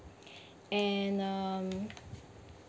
and um